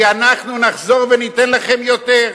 כי אנחנו נחזור וניתן לכם יותר.